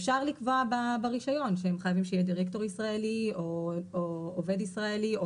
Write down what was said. אפשר לקבוע ברישיון שהם חייבים שיהיה דירקטור ישראלי או עובד ישראלי.